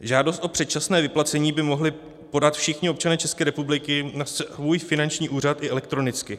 Žádost o předčasné vyplacení by mohli podat všichni občané České republiky na svůj finanční úřad i elektronicky.